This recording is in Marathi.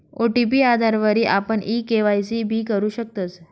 ओ.टी.पी आधारवरी आपण ई के.वाय.सी भी करु शकतस